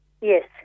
Yes